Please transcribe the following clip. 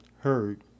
heard